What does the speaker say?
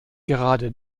gerade